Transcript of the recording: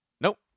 Nope